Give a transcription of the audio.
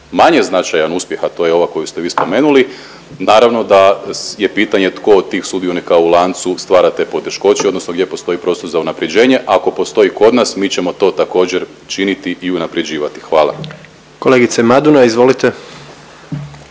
manje značajan uspjeh, a to je ova koju ste vi spomenuli, naravno da je pitanje tko od tih sudionika u lancu stvara te poteškoće odnosno gdje postoji prostor za unapređenje. Ako postoji kod nas mi ćemo to također činiti i unapređivati. Hvala. **Jandroković,